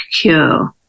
cure